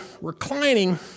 reclining